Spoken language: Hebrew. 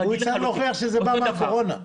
הוא יצטרך להוכיח שבא מהקורונה.